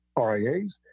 RIAs